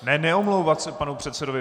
Ne, neomlouvat se panu předsedovi.